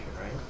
right